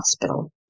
hospital